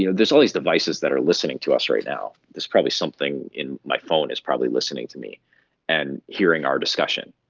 you know there's all these devices that are listening to us right now, there's probably something in my phone that is probably listening to me and hearing our discussion.